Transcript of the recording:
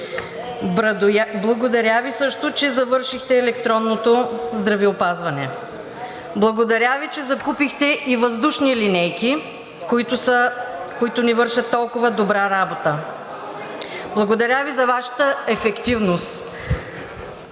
Благодаря Ви също, че завършихте електронното здравеопазване. Благодаря Ви, че закупихте и въздушни линейки, които ни вършат толкова добра работа. Благодаря Ви за Вашата ефективност.